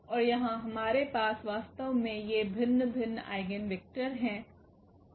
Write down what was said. और यहाँ हमारे पास वास्तव में ये भिन्न भिन्न आइगेन वेक्टर हैं